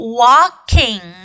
walking